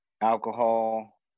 alcohol